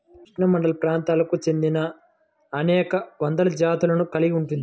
ఉష్ణమండలప్రాంతాలకు చెందినఅనేక వందల జాతులను కలిగి ఉంది